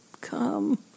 come